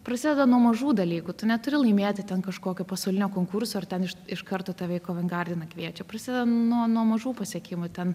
prasideda nuo mažų dalykų tu neturi laimėti ten kažkokio pasaulinio konkurso ar ten iš iš karto tave į kovengardiną kviečia prasideda nuo nuo mažų pasiekimų ten